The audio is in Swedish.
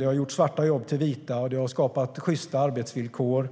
Det har gjort svarta jobb till vita, och det har skapat sjysta arbetsvillkor